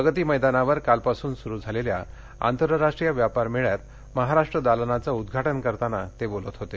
प्रगती मैदानावर कालपासून सुरु झालेल्या आंतरराष्ट्रीय व्यापार मेळ्यात महाराष्ट्र दालनाचं उद्घाटन करताना ते बोलत होते